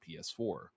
PS4